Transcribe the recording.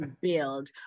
build